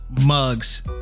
mugs